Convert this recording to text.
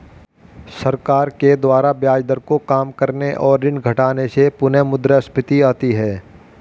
सरकार के द्वारा ब्याज दर को काम करने और ऋण घटाने से पुनःमुद्रस्फीति आती है